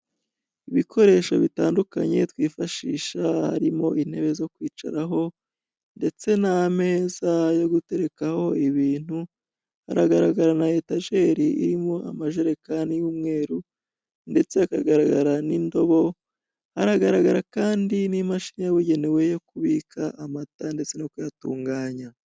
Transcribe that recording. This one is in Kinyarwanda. Ibikoresho bitandunye harimo twifashisha harimo intebe n'ameza yoguterekaho ibintu haragaragara na etajeri irimo amajerekani y'umweru ndetse hakagaragara n'indobo haragaragara kandi n'imashini yabugenewe yo kubika amata ndetse no kuyatunganya.